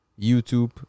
YouTube